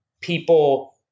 people